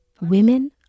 Women